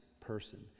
person